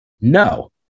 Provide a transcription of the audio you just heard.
No